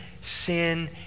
sin